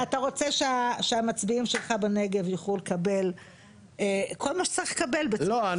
אתה רוצה שהמצביעים שלך בנגב יוכלו לקבל כל מה שצריך לקבל לא,